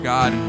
God